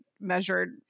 measured